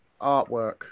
artwork